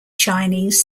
chinese